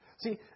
See